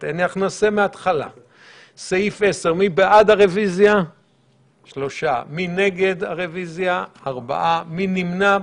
הצבעה בעד ההסתייגות 3 נגד, 4 נמנעים,